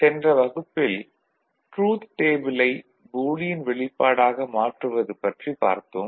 சென்ற வகுப்பில் ட்ரூத் டேபிளை பூலியன் வெளிப்பாடாக மாற்றுவது பற்றி பார்த்தோம்